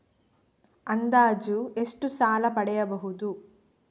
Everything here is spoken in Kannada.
ಅಂದಾಜು ಎಷ್ಟು ಸಾಲ ಪಡೆಯಬಹುದು?